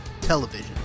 television